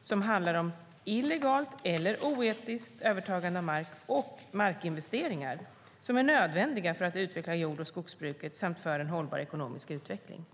som handlar om "illegalt eller oetiskt övertagande av mark" och "markinvesteringar" som är nödvändiga för att utveckla jord och skogsbruket samt för en hållbar ekonomisk utveckling.